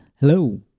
hello